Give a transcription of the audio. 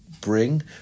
bring